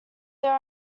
there